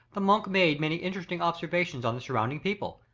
the monk made many interesting observations on the surrounding people,